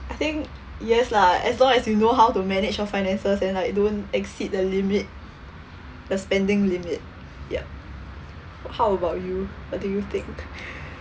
I think yes lah as long as you know how to manage your finances and like don't exceed the limit the spending limit yup how about you what do you think